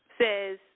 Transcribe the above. says